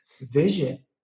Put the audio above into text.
vision